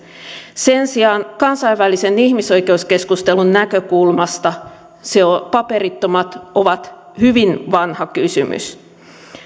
sen sijaan kansainvälisen ihmisoikeuskeskustelun näkökulmasta paperittomat ovat hyvin vanha kysymys